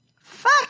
Fuck